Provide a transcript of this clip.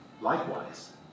Likewise